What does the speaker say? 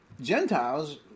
Gentiles